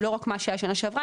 הוא לא רק מה שהיה שנה שעברה,